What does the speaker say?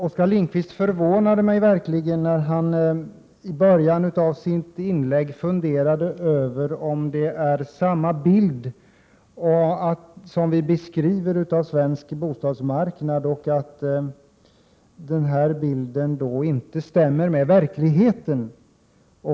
Oskar Lindkvist förvånade mig verkligen när han i början av sitt inlägg funderade över om det är samma bild som vi har av svensk bostadsmarknad och att vår bild inte stämmer med verkligheten.